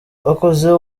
bakoze